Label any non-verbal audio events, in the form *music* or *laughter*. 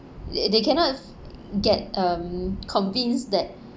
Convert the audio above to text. they they cannot *noise* get um convinced that